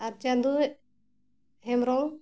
ᱟᱨ Chando Hembrom